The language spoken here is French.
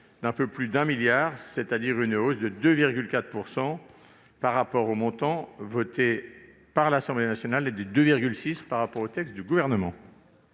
d'un peu plus de 1 milliard d'euros, soit une hausse de 2,4 % par rapport au montant voté par l'Assemblée nationale et de 2,6 % par rapport au texte déposé par le Gouvernement.